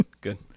good